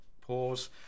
pause